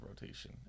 rotation